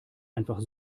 einfach